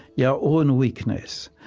yeah own weakness,